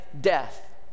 death